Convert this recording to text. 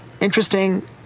interesting